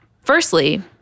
Firstly